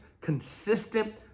consistent